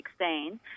2016